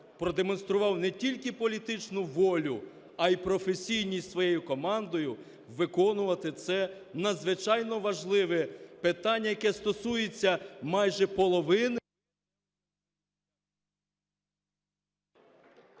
продемонстрував не тільки політичну волю, а і професійність зі своєю командою виконувати це надзвичайно важливе питання, яке стосується майже половини…